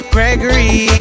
Gregory